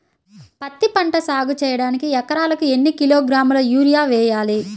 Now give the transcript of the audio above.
పత్తిపంట సాగు చేయడానికి ఎకరాలకు ఎన్ని కిలోగ్రాముల యూరియా వేయాలి?